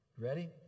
Ready